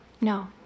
No